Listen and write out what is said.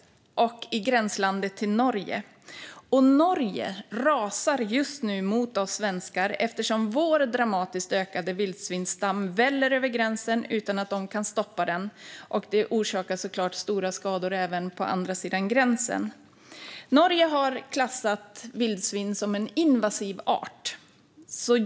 Jag bor alltså i gränslandet till Norge. Norge rasar just nu mot oss svenskar eftersom vår dramatiskt ökade vildsvinsstam väller över gränsen utan att de kan stoppa den. Det orsakar såklart stora skador även på andra sidan gränsen. Norge har klassat vildsvin som en invasiv art.